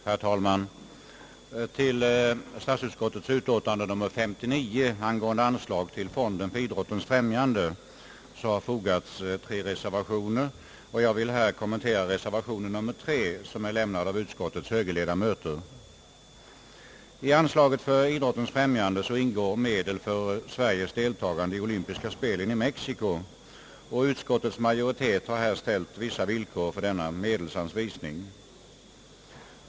Herr talman! Till statsutskottets utlåtande nr 59 angående anslag till fonden för idrottens främjande har fogats tre reservationer, och jag vill här kommentera reservation nr 3 som är lämnad av utskottets högerledamöter. I anslaget för idrottens främjande ingår medel för Sveriges deltagande i olympiska spelen i Mexico. Utskottets majoritet har här ställt vissa villkor för denna medelsanvisning.